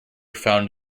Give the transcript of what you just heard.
found